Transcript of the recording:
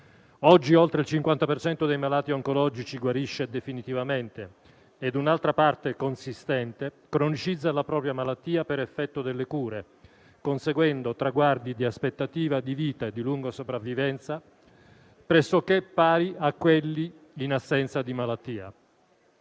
Oggi oltre il 50 per cento dei malati oncologici guarisce definitivamente e un'altra parte consistente cronicizza la propria malattia per effetto delle cure, conseguendo traguardi di aspettativa di vita e di lunga sopravvivenza pressoché pari a quelli in assenza di malattia.